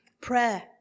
prayer